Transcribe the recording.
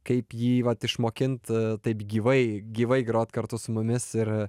kaip jį vat išmokint taip gyvai gyvai grot kartu su mumis ir